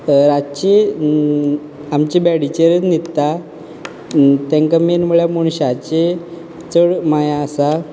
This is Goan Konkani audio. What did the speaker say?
रातची आमचे बेडीचेरच न्हिदता तांकां मेन म्हणल्यार मनशांची चड माया आसा